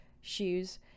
shoes